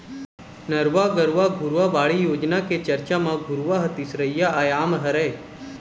नरूवा, गरूवा, घुरूवा, बाड़ी योजना के चरचा म घुरूवा ह तीसरइया आयाम हरय